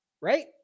right